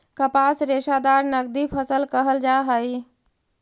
कपास रेशादार नगदी फसल कहल जा हई